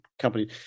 company